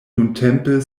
nuntempe